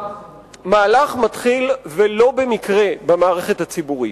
המהלך מתחיל, ולא במקרה, במערכת הציבורית.